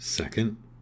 Second